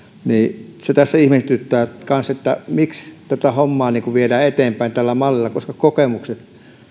se tässä ihmetyttää kanssa miksi tätä hommaa viedään eteenpäin tällä mallilla koska kokemukset